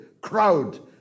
crowd